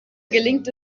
gelingt